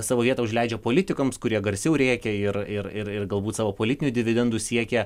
savo vietą užleidžia politikams kurie garsiau rėkia ir ir ir galbūt savo politinių dividendų siekia